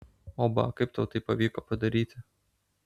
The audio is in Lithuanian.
oba kaip tau tai pavyko padaryti